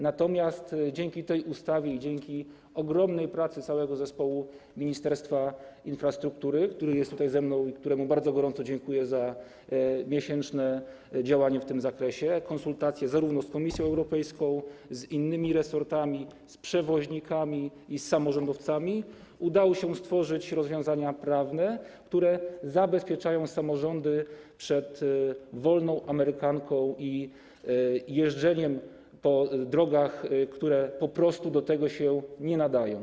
Natomiast dzięki tej ustawie i dzięki ogromnej pracy całego zespołu Ministerstwa Infrastruktury, który jest tutaj ze mną i któremu bardzo gorąco dziękuję za miesięczne działanie w tym zakresie, konsultacje zarówno z Komisją Europejską, jak i z innymi resortami, z przewoźnikami i samorządowcami, udało się stworzyć rozwiązania prawne, które zabezpieczają samorządy przed wolną amerykanką i zabezpieczają przed jeżdżeniem po drogach, które do tego się nie nadają.